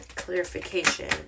Clarification